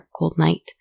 darkcoldnight